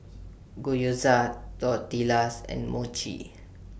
Gyoza Tortillas and Mochi